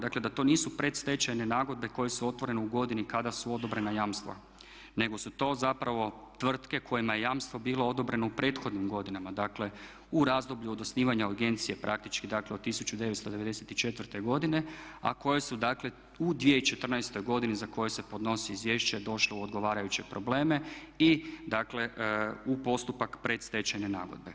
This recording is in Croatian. Dakle, da to nisu predstečajne nagodbe koje su otvorene u godini kada su odobrena jamstva, nego su to zapravo tvrtke kojima je jamstvo bilo odobreno u prethodnim godinama dakle u razvoju od osnivanja agencije praktički dakle od 1994. godine a koje su dakle u 2014. godini za koju se podnosi izvješće došlo u odgovarajuće probleme i dakle u postupak predstečajne nagodbe.